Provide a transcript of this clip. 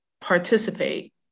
participate